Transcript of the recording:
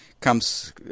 comes